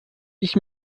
ich